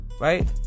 Right